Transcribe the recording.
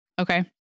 okay